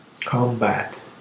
combat